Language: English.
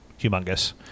humongous